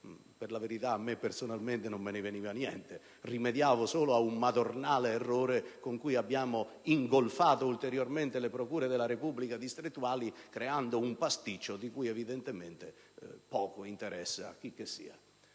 Per la verità, a me personalmente non me ne veniva niente: rimediavo solo ad un madornale errore con cui abbiamo ingolfato ulteriormente le procure distrettuali della Repubblica, creando un pasticcio di cui evidentemente poco interessa a chicchessia.